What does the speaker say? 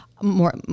more